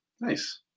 Nice